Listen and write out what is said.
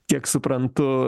tiek suprantu